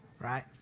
right